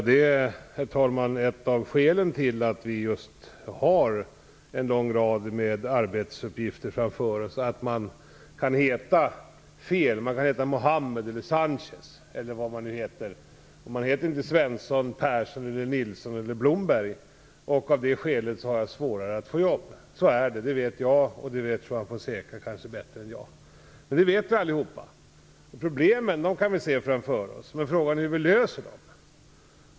Herr talman! Det är ett av skälen till att vi har en lång rad av arbetsuppgifter framför oss. Man kan ha fel namn. Man kan heta Muhammed eller Sanchez etc. och inte Svensson, Persson, Nilsson eller Blomberg och har av det skälet svårare att få jobb. Så är det. Det vet jag, och det vet kanske Juan Fonseca bättre än jag. Problemen kan vi se framför oss, men frågan är hur vi löser dem.